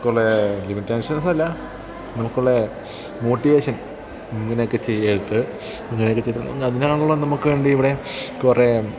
നമുക്കുള്ള ലിമിറ്റേഷൻസല്ല നമുക്കുള്ള മോട്ടിവേഷൻ ഇങ്ങനെയൊക്കെ ചെയ്യരുത് ഇങ്ങനെയൊക്കെ ചെയ് അതിനാണല്ലോ നമുക്ക് വേണ്ടി ഇവിടെ കുറേ